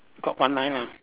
got one line lah